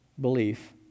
belief